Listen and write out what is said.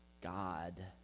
God